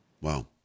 Wow